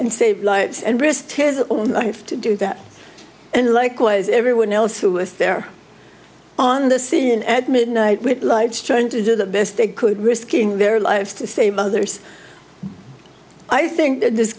and save lives and risked his own life to do that and likewise everyone else who was there on the scene at midnight with lights trying to do the best they could risking their lives to save others i think this